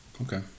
Okay